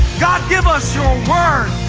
god, give us your word.